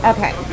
Okay